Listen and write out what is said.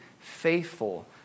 faithful